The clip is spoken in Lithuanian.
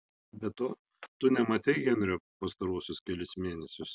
be to tu nematei henrio pastaruosius kelis mėnesius